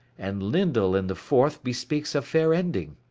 and lyndal in the fourth bespeaks a fair ending.